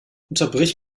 unterbrich